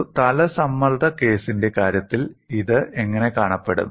ഒരു തല സമ്മർദ്ദ കേസിന്റെ കാര്യത്തിൽ ഇത് എങ്ങനെ കാണപ്പെടും